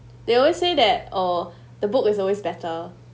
they always say that oh the book is always better